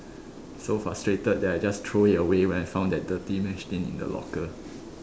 so frustrated that I just throw it away when I found that dirty mess tin in the locker